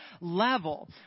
level